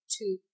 two